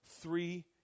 three